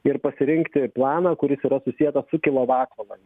ir pasirinkti planą kuris yra susietas su kilovatvalande